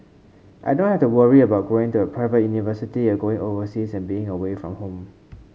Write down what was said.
I don't have to worry about going to a private university or going overseas and being away from home